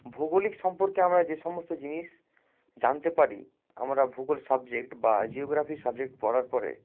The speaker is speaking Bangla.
ভৌগোলিক সম্পর্কে আমরা যে সমস্ত জিনিস জানতে পারি আমরা ভূগোল সাবজেক্ট বা জিওগ্রাফি সাবজেক্ট পড়ার পরে